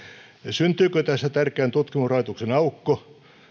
syntyykö tässä tärkeän tutkimusrahoituksen aukko